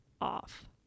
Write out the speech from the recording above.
off